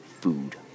food